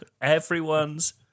Everyone's